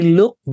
look